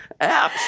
apps